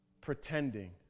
pretending